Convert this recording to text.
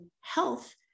health